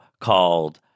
called